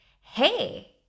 hey